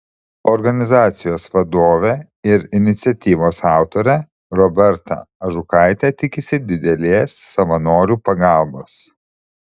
organizacijos vadovė ir iniciatyvos autorė roberta ažukaitė tikisi didelės savanorių pagalbos